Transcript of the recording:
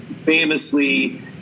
famously